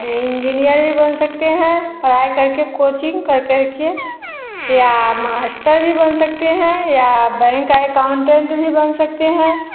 engineer भी बन सकते है पढ़ाई करके कोचिंग कर कर के यह मास्टर भी बन सकते है या बैंक का अकाउंटेंट भी बन सकते है